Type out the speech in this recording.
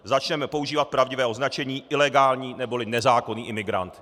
Začněme používat pravdivé označení ilegální neboli nezákonný imigrant.